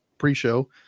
pre-show